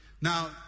Now